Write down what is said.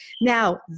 now